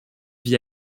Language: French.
vie